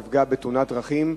נפגע בתאונת דרכים.